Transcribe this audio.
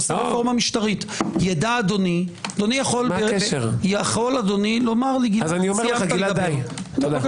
יכול אדוני לומר לי: גלעד, סיימת לדבר, די.